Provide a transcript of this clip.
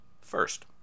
First